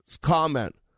comment